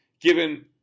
given